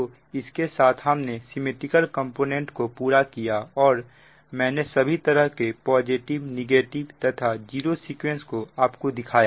तो इसके साथ हमने सिमिट्रिकल कंपोनेंट को पूरा किया और मैंने सभी तरह के पॉजिटिव नेगेटिव तथा जीरो सीक्वेंस को आपको दिखाया